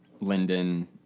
Linden